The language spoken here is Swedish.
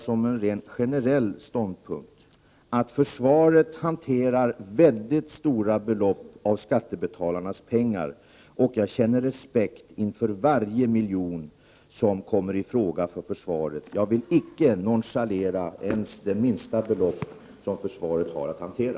Som en rent generell ståndpunkt vill jag anmäla att försvaret hanterar mycket stora belopp av skattebetalarnas pengar, och jag känner respekt inför varje miljon som kommer i fråga för försvaret. Jag vill icke nonchalera ens det minsta belopp som försvaret har att hantera.